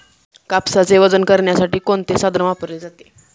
कापसाचे वजन करण्यासाठी कोणते साधन वापरले जाते?